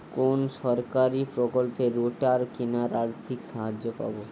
কোন সরকারী প্রকল্পে রোটার কেনার আর্থিক সাহায্য পাব?